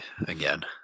again